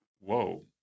Whoa